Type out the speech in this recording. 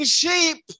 sheep